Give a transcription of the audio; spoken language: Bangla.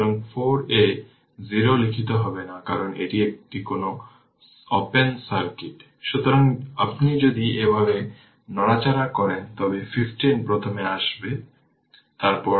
সুতরাং I0 i L 0 2 অ্যাম্পিয়ার আমরা দেখেছি এবং τ L R সুতরাং এটি হবে 02 t t τ 02 সেকেন্ড t 02 সুতরাং এটি e এর পাওয়ার 5 t অ্যাম্পিয়ারের জন্য t 0